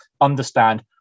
understand